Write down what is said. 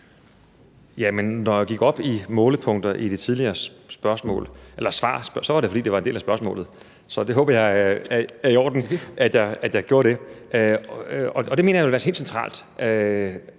Når jeg gik op i målepunkter i det tidligere svar, var det, fordi det var en del af spørgsmålet. Så jeg håber, det er i orden, at jeg gjorde det. Jeg mener, det vil være helt centralt